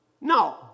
No